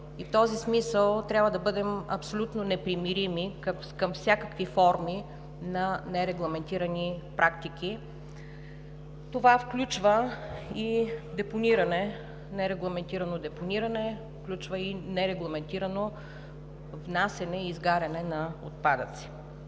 в този смисъл трябва да бъдем абсолютно непримирими към всякакви форми на нерегламентирани практики. Това включва и депониране – нерегламентирано депониране, включва и нерегламентирано внасяне и изгаряне на отпадъци.